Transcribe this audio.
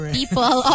people